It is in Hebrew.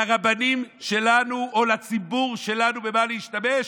לרבנים שלנו או לציבור שלנו במה להשתמש?